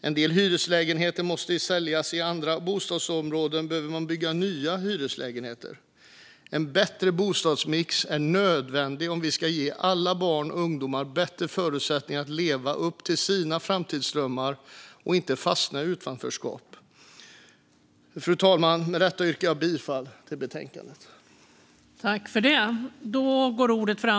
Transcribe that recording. En del hyreslägenheter måste säljas, och i andra bostadsområden behöver man bygga nya hyreslägenheter. En bättre bostadsmix är nödvändig om vi ska ge alla barn och ungdomar bättre förutsättningar att leva upp till sina framtidsdrömmar och inte fastna i utanförskap. Fru talman! Med detta yrkar jag bifall till utskottets förslag till beslut.